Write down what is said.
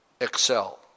excel